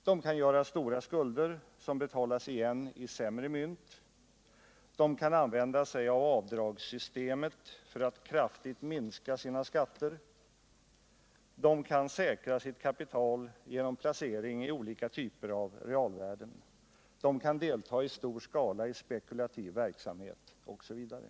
De kan ådra sig stora skulder som betalas igen i sämre mynt, de kan använda sig av avdragssystemet för att kraftigt minska sina skatter, de kan säkra sitt kapital genom placering i olika typer av realvärden, de kan i stor skala delta i spekulativ verksamhet osv.